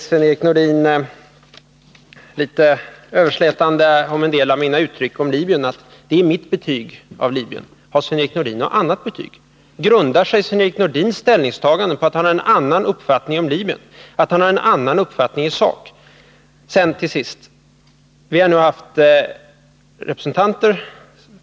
Sven-Erik Nordin säger litet överslätande om en del av mina uttryck om Libyen att det är mitt betyg av Libyen. Har Sven-Erik Nordin något annat betyg som ligger till grund för Sven-Erik Nordins ställningstagande? Har han en annan uppfattning i sak om Libyen?